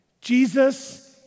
Jesus